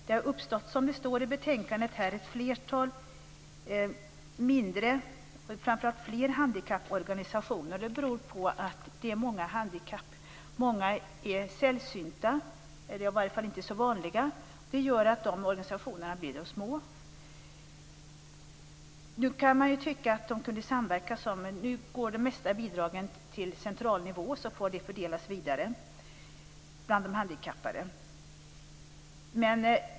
Som det står i betänkandet har det uppstått ett flertal mindre organisationer för framför allt flerhandikappade. Det beror på att det är många handikapp, och många är sällsynta eller i varje fall inte så vanliga. Det gör att organisationerna blir små. Man kan tycka att de kunde samverka. Nu går de flesta bidragen till centralnivån, och därifrån fördelas de vidare bland de handikappade.